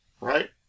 right